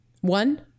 One